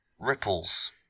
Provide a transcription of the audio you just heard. Ripples